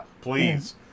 please